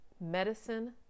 medicine